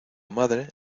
madre